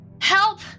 help